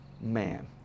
man